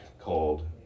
called